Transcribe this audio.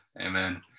amen